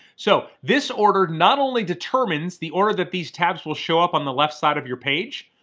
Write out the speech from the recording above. so this order not only determines the order that these tabs will show up on the left side of your page,